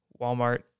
Walmart